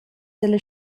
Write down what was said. dalla